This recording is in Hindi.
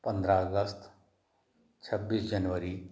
पंद्रह अगस्त छब्बीस जनवरी